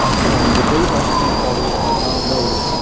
come on the dave asprey followers by now know,